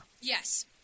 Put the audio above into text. Yes